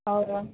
हय हय